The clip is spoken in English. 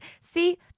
see